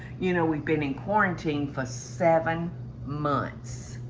you know, we've been in quarantine for seven months,